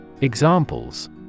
Examples